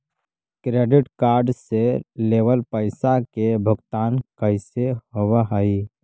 Credit card से लेवल पैसा के भुगतान कैसे होव हइ?